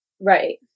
Right